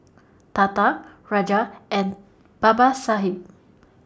Tata Raja and Babasaheb